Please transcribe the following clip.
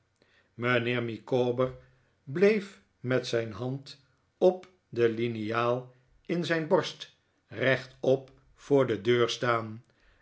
mijnheer micawber bleef met zijn hand op de liniaal in zijn borst rechtop voor de david copperfield deur staan